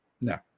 No